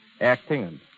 acting